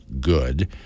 good